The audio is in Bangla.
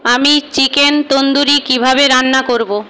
আমি চিকেন তন্দুরি কীভাবে রান্না করবো